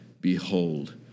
Behold